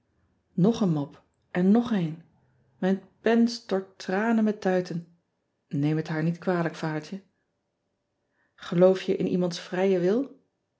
og een mop en nog één ijn pen stort tranen met tuiten eem het haar niet kwalijk adertje eloof je in iemands vrijen wil